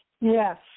Yes